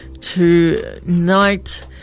tonight